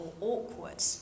awkward